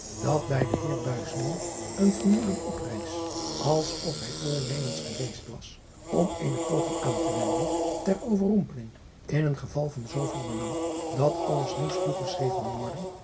dat bij den eer een vermoeden oprees als of hij voornemens geweest was om eene poging aantewenden ter overrompeling in een geval van zooveel belang dat alles moest toegeschreven worden